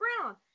brown